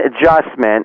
adjustment